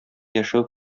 яшәү